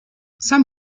some